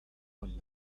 one